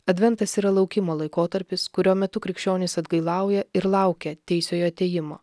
adventas yra laukimo laikotarpis kurio metu krikščionys atgailauja ir laukia teisiojo atėjimo